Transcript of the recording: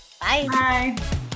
Bye